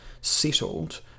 settled